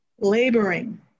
Laboring